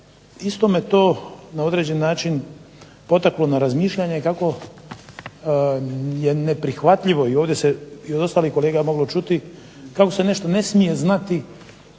isto me to na određen način potaklo na razmišljanje kako je neprihvatljivo i ovdje se i od ostalih kolega moglo čuti kako se nešto ne smije znati,